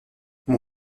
mon